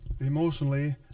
Emotionally